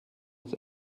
muss